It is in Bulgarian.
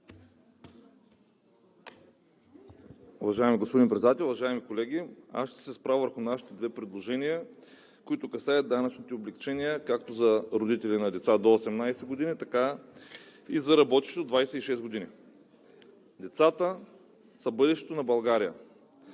Уважаеми господин Председател, уважаеми колеги! Аз ще се спра върху нашите две предложения, които касаят данъчните облекчения както за родителите на деца до 18 години, така и за работещите до 26 години. Децата са бъдещето на България!